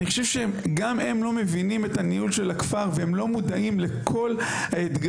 אני חושב שגם הם לא מבינים את הניהול של הכפר והם לא מודעים לכל האתגרים